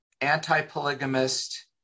anti-polygamist